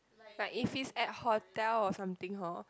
but if it's at hotel or something hor